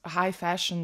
hai fašin